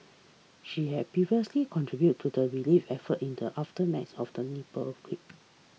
she had previously contributed to the relief effort in the aftermath of the Nepal earthquake